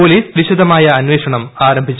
police വിശദമായ അന്വേഷണം ആരംഭിച്ചു